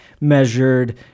measured